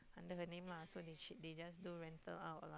under her name lah so they they just do rental out lah